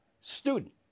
student